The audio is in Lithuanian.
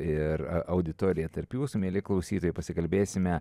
ir auditoriją tarp jūsų mieli klausytojai pasikalbėsime